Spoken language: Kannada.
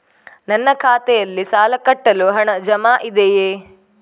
ನನ್ನ ಖಾತೆಯಲ್ಲಿ ಸಾಲ ಕಟ್ಟಲು ಹಣ ಜಮಾ ಇದೆಯೇ?